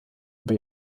aber